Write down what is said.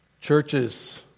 churches